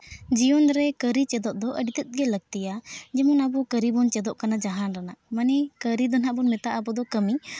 ᱡᱤᱭᱚᱱ ᱨᱮ ᱠᱟᱹᱨᱤ ᱪᱮᱫᱚᱜ ᱫᱚ ᱟᱹᱰᱤ ᱛᱮᱫ ᱜᱮ ᱞᱟᱹᱠᱛᱤᱭᱟ ᱡᱮᱢᱚᱱ ᱟᱵᱚ ᱠᱟᱹᱨᱤ ᱵᱚᱱ ᱪᱮᱫᱚᱜ ᱠᱟᱱᱟ ᱡᱟᱦᱟᱸ ᱨᱮᱱᱟᱜ ᱢᱟᱱᱮ ᱠᱟᱹᱨᱤ ᱫᱚ ᱦᱟᱸᱜ ᱵᱚᱱ ᱢᱮᱛᱟᱫᱼᱟ ᱠᱟᱹᱢᱤ